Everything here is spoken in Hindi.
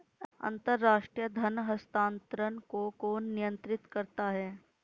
अंतर्राष्ट्रीय धन हस्तांतरण को कौन नियंत्रित करता है?